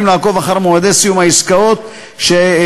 לעקוב אחר מועדי סיום העסקאות שערכו,